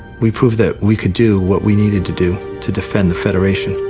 we proved that we could do, what we needed to do, to defend the federation.